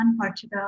Portugal